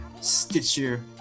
Stitcher